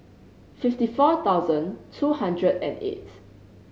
fifty four thousand two hundred and eight